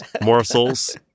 morsels